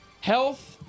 Health